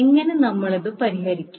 എങ്ങനെ നമ്മൾ ഇത് പരിഹരിക്കും